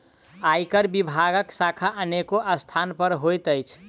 आयकर विभागक शाखा अनेको स्थान पर होइत अछि